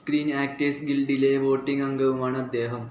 screen actors ഗിൽഡിലെ voting അംഗവുമാണ് അദ്ദേഹം